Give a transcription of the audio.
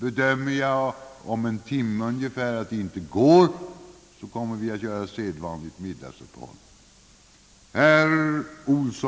Bedömer jag om ungefär en timme att det inte går, gör vi sedvanligt middagsuppehåll.